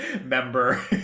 member